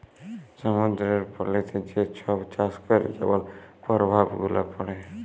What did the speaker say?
সমুদ্দুরের পলিতে যে ছব চাষ ক্যরে যেমল পরভাব গুলা পড়ে